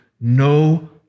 no